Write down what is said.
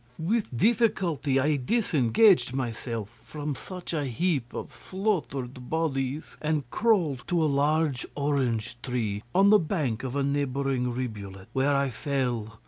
with difficulty i disengaged myself from such a heap of slaughtered bodies, and crawled to a large orange tree on the bank of a neighbouring rivulet, where i fell,